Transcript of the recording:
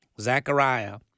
Zachariah